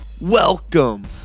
welcome